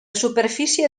superfície